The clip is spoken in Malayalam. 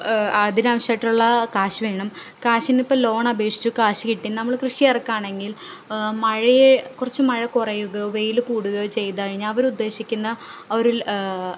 അതിന് ആവശ്യമായിട്ടുള്ള കാശ് വേണം കാശിന് ഇപ്പോൾ ലോണ് അപേക്ഷിച്ചു കാശ് കിട്ടി നമ്മൾ കൃഷി ഇറക്കുക ആണെങ്കിൽ മഴയെ കുറച്ച് മഴ കുറയുകയോ വെയിൽ കൂടുകയോ ചെയ്ത് കഴിഞ്ഞാൽ അവർ ഉദ്ദേശിക്കുന്ന ആ ഒരു ലെ